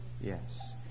Yes